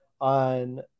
on